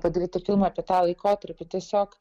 padaryti filmą apie tą laikotarpį tiesiog